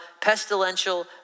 pestilential